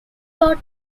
taught